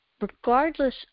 regardless